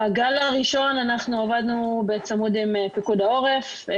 בגל הראשון אנחנו עבדו בצמוד עם פיקוד העורף,